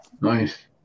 nice